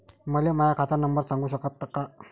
मले माह्या खात नंबर सांगु सकता का?